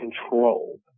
control